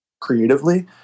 creatively